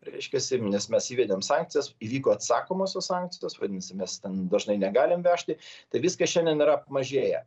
reiškiasi nes mes įvedėm sankcijas įvyko atsakomosios sankcijos vadinasi mes ten dažnai negalim vežti tai viskas šiandien yra apmažėję